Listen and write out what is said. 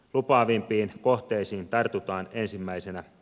lupaavimpiin kohteisiin tartutaan ensimmäisenä